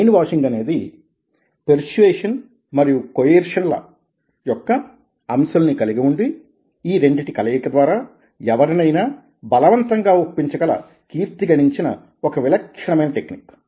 brain washing అనేది పెర్సుయేసన్ మరియి కొయెర్షన్ల యొక్క అంశలని కలిగి వుండి ఈ రెండిటి కలయిక ద్వారా ఎవరినైనా బలవంతంగా ఒప్పించగల కీర్తి గణించిన ఒక విలక్షణమైన టెక్నిక్